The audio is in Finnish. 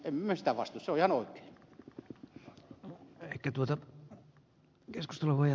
mutta emme esimerkiksi tätä elisa kauppaa vastusta